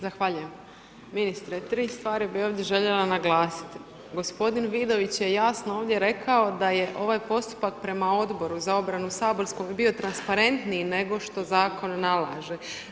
Zahvaljujem, ministre tri stvari bi ovdje željela naglasiti, gospodin Vidović je jasno ovdje rekao da je ovaj postupak prema Odboru za obranu saborskog bio transparentniji nego što zakon nalaže.